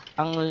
ang